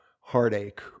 heartache